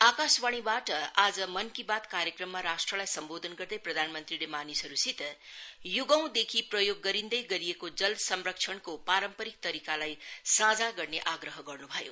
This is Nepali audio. आकाशवाणीबाट आज मनकी बात कार्यक्रममा राष्ट्रलाई सम्बोधन गर्दै प्रधानमंत्रीले मानिसहरूसित युगौदेखि प्रयोग गरिन्दै गरिएको जल संरक्षणको पारम्परिक तरिकालाई साझा गर्ने आग्रह गर्नुभयो